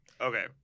Okay